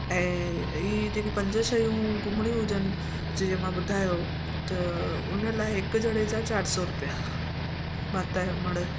ऐं हीअ जेके पंज शयूं घुमणियूं हुजनि जीअं मां ॿुधायो त उन लाइ हिक ॼणे जा चारि सौ रुपिया माता जो मढ़